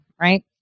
Right